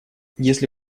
если